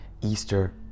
Easter